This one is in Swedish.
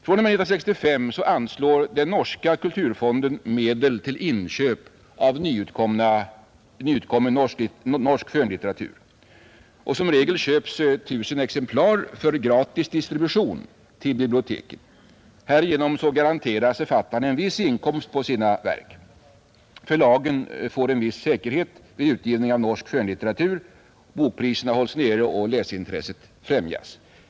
fr.o.m. 1965 anslår den norska kulturfonden medel till inköp av nyutkommen norsk skönlitteratur. Som regel köps 1 000 exemplar för gratis distribution till biblioteken. Härigenom garanteras författarna en viss inkomst på sina verk, förlagen får en viss säkerhet vid utgivning av norsk skönlitteratur, bokpriserna hålls nere och läsintresset främjas.